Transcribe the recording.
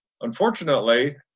Unfortunately